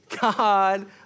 God